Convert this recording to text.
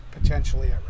potentially